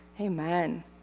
amen